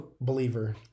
believer